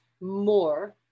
more